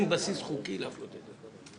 אין בסיס חוקי להפלות אותם.